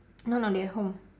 no no they at home